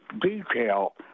detail